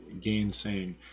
gainsaying